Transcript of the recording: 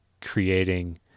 creating